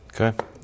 Okay